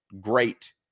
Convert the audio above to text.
great